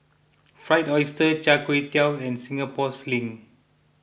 Fried Oyster Char Kway Teow and Singapore Sling